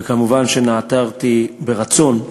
ומובן שנעתרתי ברצון,